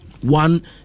one